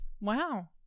Wow